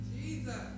Jesus